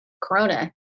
Corona